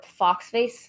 Foxface